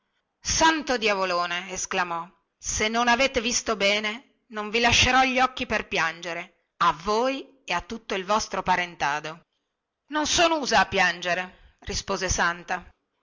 santo diavolone esclamò se non avete visto bene non vi lascierò gli occhi per piangere a voi e a tutto il vostro parentado non son usa a piangere rispose santa